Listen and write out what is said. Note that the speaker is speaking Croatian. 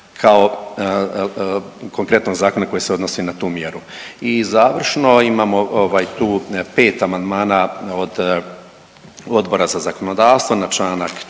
kao konkretnog zakona koji se odnosi na tu mjeru. I završno. Imamo tu 5 amandmana od Odbora za zakonodavstvo na članak